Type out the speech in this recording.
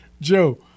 Joe